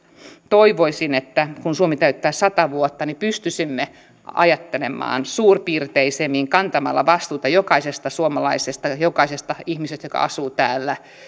toivoisin että kun suomi täyttää sata vuotta niin pystyisimme ajattelemaan suurpiirteisemmin kantamalla vastuuta jokaisesta suomalaisesta ja jokaisesta ihmisestä joka asuu täällä